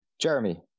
Jeremy